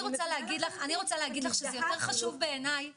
אני רוצה להגיד לך שיותר חשוב בעיניי